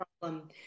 problem